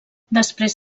després